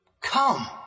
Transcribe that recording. Come